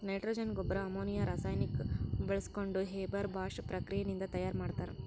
nitrogen ಗೊಬ್ಬರ್ ammonia ರಾಸಾಯನಿಕ್ ಬಾಳ್ಸ್ಕೊಂಡ್ ಹೇಬರ್ ಬಾಷ್ ಪ್ರಕ್ರಿಯೆ ನಿಂದ್ ತಯಾರ್ ಮಾಡ್ತರ್